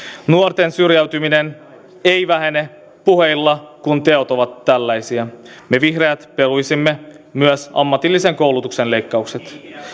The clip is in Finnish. nuorten syrjäytyminen ei vähene puheilla kun teot ovat tällaisia me vihreät peruisimme myös ammatillisen koulutuksen leikkaukset